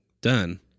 done